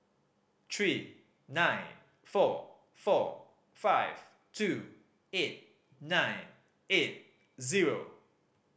three nine four four five two eight nine eight zero